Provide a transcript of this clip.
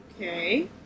Okay